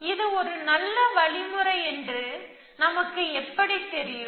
இது ஒரு நல்ல வழிமுறை என்று நமக்கு எப்படித் தெரியும்